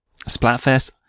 Splatfest